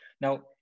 Now